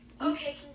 Okay